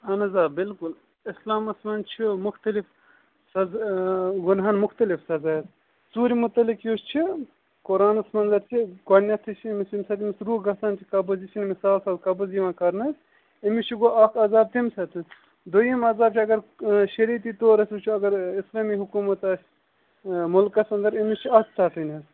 اَہَن حظ آ بِلکُل اِسلامَس منٛز چھِ مُختَلِف سَز گۅنہَن مُختَلِف سزا حظ ژوٗرِ متعلق یُس چھُ قۅرانَس منٛز اَسہِ گۄڈٕنٮ۪تھٕے چھِ أمِس ییٚمہِ ساتہٕ أمِس روٗح گَژھان چھِ قبض یہِ چھُنہٕ أمِس سہل سہل قبض یِوان کرنہٕ حظ أمِس چھِ گوٚو اَکھ عذاب تَمہِ ساتہٕ دوٚیِم عذاب چھُ اگر شعریتی طور أسۍ وُچھَو اگر اِسلٲمی حکوٗمَت آسہِ مُلکَس اَنٛدَر أمِس چھِ اَتھٕ ژَٹٕنۍ حظ